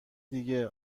دیگه